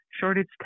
shortage